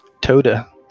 Toda